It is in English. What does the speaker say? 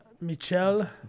Michelle